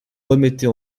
remettez